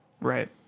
right